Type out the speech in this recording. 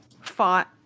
fought